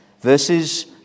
Verses